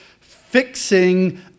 fixing